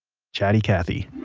chatty cathy